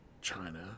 China